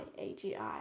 AGI